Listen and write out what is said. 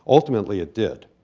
ultimately, it did.